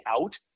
out